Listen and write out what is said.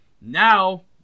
Now